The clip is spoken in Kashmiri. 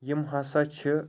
یم ہَسا چھِ